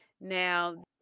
Now